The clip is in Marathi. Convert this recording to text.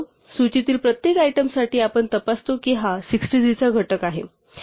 सूचीतील प्रत्येक आयटमसाठी आपण तपासतो की हा 63 चा घटक आहे